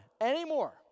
anymore